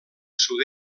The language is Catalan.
sud